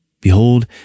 Behold